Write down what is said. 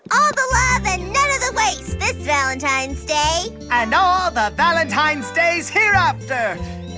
all the love and none of the waste this valentine's day. and all the valentine's days hereafter!